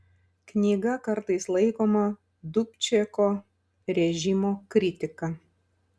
knyga kartais laikoma dubčeko režimo kritika